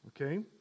Okay